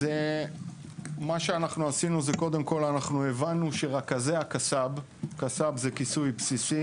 אנחנו הבנו שרכזי הכס"ב כיסוי בסיסי